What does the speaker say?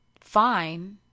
fine